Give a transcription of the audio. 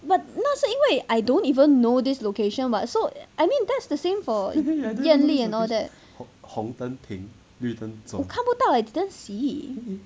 but 那是因为 I don't even know this location [what] so I mean that's the same for yan li and all that 我看不到 I didn't see